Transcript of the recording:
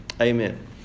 amen